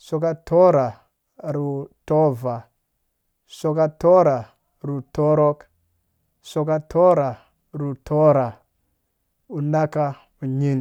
isɔkka tɔrra na tɔɔ, isɔkka tɔrra nu tɔi, isɔkka tɔrra ru tɔvaa, isɔkka tɔrra nu tɔrɔk, isɔkka tɔrra nu tɔrra, unakka unyin.